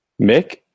Mick